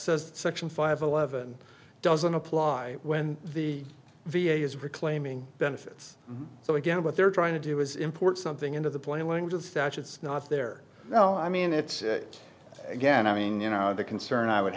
says section five eleven doesn't apply when the v a is reclaiming benefits so again what they're trying to do is import something into the plain language of statutes not there no i mean it's again i mean you know the concern i would